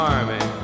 Army